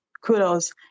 kudos